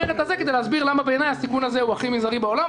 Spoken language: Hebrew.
מסיים את זה כדי להסביר למה בעיניי הסיכון הזה הוא הכי מזערי בעולם.